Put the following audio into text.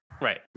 Right